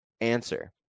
answer